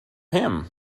him